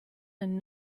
than